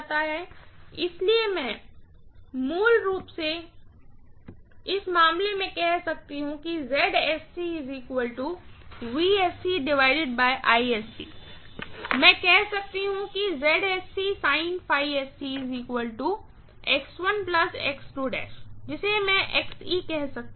इसलिए मैं मूल रूप से इस मामले में कह सकती हूँ तो मैं कह सकती हूँ कि जिसे मैं Xe कह सकती हूँ